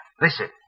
Listen